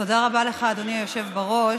תודה רבה לך, אדוני היושב בראש.